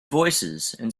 voicesand